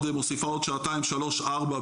מוסיפה עוד שעתיים-שלוש-ארבע,